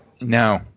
No